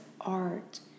art